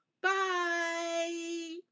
Bye